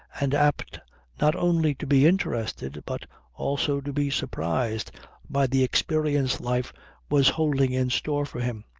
and apt not only to be interested but also to be surprised by the experience life was holding in store for him.